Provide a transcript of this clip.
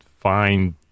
find